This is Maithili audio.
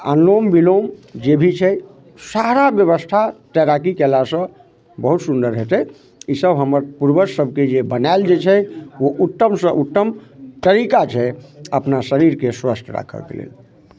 आ अनुलोम विलोम जे भी छै सारा व्यवस्था तैराकी केला सँ बहुत सुन्दर हेतै इसभ हमर पूर्वज सभके जे बनाएल जे छै ओ उत्तम सँ उत्तम तरीका छै अपना शरीरके स्वस्थ राखऽके लेल